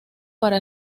para